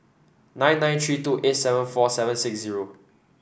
nine nine three two eight seven four seven six zero